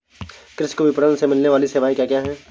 कृषि को विपणन से मिलने वाली सेवाएँ क्या क्या है